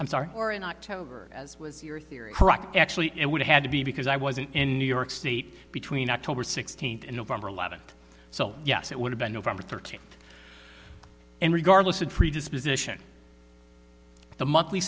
i'm sorry or in october as was your theory correct actually it would had to be because i wasn't in new york state between october sixteenth and november eleventh so yes it would have been november thirteenth and regardless of predisposition the monthly